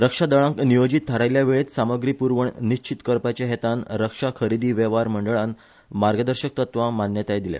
रक्षा दळांक नियोजीत थारायल्ल्या वेळेंत सामग्री प्रवण निश्चीत करपाच्या हेतान रक्षा खरेदी वेव्हार मंडळान मार्गदर्शक तत्वांक मान्यताय दिल्या